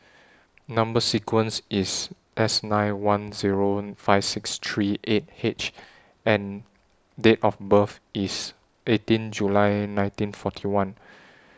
Number sequence IS S nine one Zero five six three eight H and Date of birth IS eighteen July nineteen forty one